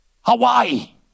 Hawaii